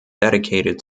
dedicated